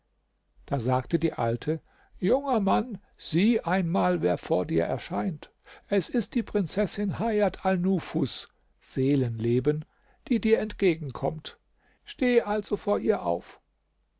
da sagte die alte junger mann sieh einmal wer vor dir erscheint es ist die prinzessin hajat alnufus seelenleben die dir entgegenkommt steh also vor ihr auf